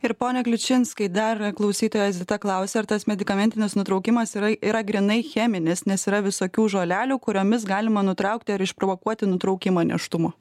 ir poe kliučinskai dar klausytoja zita klausia ar tas medikamentinis nutraukimas yra yra grynai cheminis nes yra visokių žolelių kuriomis galima nutraukti ar išprovokuoti nutraukimą nėštumo